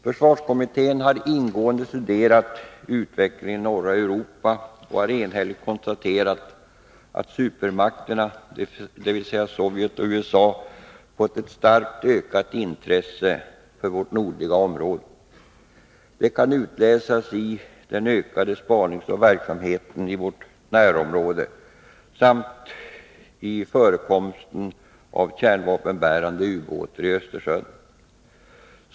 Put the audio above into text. Försvarskommittén, som ingående studerat utvecklingen i norra Europa, har enhälligt konstaterat att supermakterna, dvs. Sovjet och USA, fått ett starkt ökat intresse för vårt nordliga område. Det kan avläsas i den ökade spaningsoch övningsverksamheten i vårt närområde samt i förekomsten av kärnvapenbärande ubåtar i Östersjön.